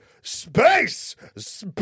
space